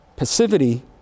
Passivity